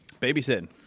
Babysitting